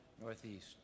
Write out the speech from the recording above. Northeast